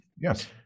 Yes